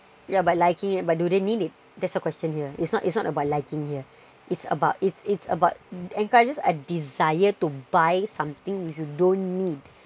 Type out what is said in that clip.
yeah by liking it but do they need it that's the question here it's not it's not about liking here it's about it's it's about encourages a desire to buy something which you don't need